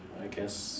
I guess